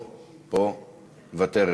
מוותרת.